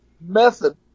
method